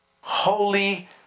holy